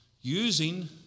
using